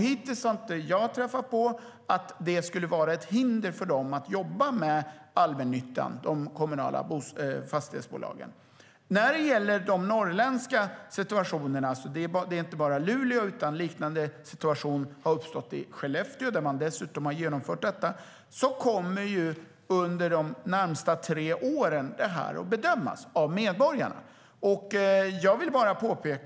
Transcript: Hittills har jag inte träffat på att det skulle vara ett hinder för dem att jobba med allmännyttan, de kommunala fastighetsbolagen. I fråga om de norrländska situationerna - det är inte bara i Luleå; liknande situation har uppstått i Skellefteå där man dessutom har genomfört detta - kommer det här att bedömas av medborgarna under de närmaste tre åren.